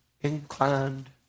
inclined